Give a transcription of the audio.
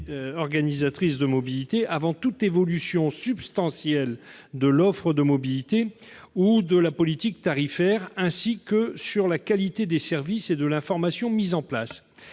organisatrices de la mobilité avant toute évolution substantielle de l'offre de mobilité ou de la politique tarifaire, ainsi que sur la qualité des services et de l'information mise en place.